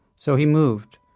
so he moved,